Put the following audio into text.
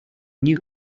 new